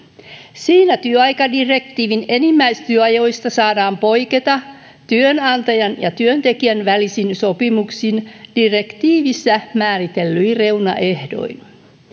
siinä työaikadirektiivin enimmäistyöajoista saadaan poiketa työnantajan ja työntekijän välisin sopimuksin direktiivissä määritellyin reunaehdoin